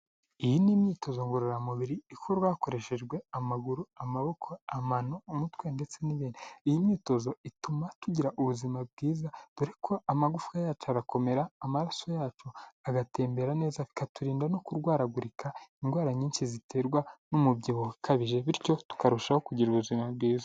Iyi ni imyitozo ngororamubiri, ikorwa hakoreshejwe amaguru, amaboko, amano, umutwe, ndetse n'ibindi. Iyi myitozo ituma tugira ubuzima bwiza, dore ko amagufa yacu arakomera amaraso yacu agatembera neza, bikaturinda no kurwaragurika indwara nyinshi ziterwa n'umubyibuho ukabije, bityo tukarushaho kugira ubuzima bwiza.